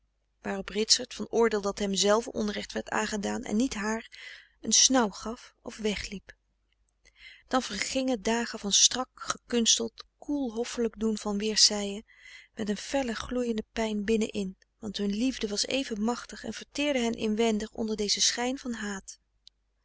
waarop ritsert van oordeel dat hem zelven onrecht frederik van eeden van de koele meren des doods werd aangedaan en niet haar een snauw gaf of wegliep dan vergingen dagen van strak gekunsteld koel hoffelijk doen van weerszijen met een felle gloeiende pijn binnen in want hun liefde was even machtig en verteerde hen inwendig onder dezen schijn van haat